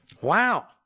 Wow